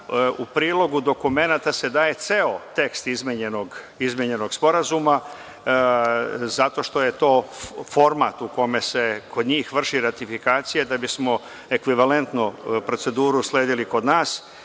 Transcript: u prilogu dokumenata se daje ceo tekst izmenjenog Sporazuma zato što je to format u kome se kod njih vrši ratifikacija da bismo ekvivalentno proceduru sledili kod nas